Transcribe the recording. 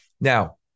Now